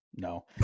no